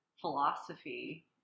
philosophy